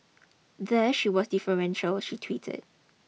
there she was deferential she tweeted